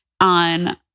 on